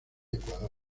ecuador